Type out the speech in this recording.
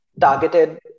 targeted